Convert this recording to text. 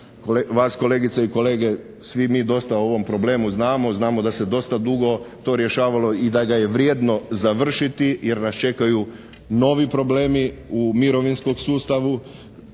vas kolegice i kolege, svi mi dosta o ovom problemu znamo, znamo da se dosta dugo to rješavalo i da ga je vrijedno završiti jer nas čekaju novi problemi u mirovinskom sustavu